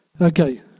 Okay